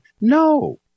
No